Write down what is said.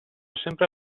sempre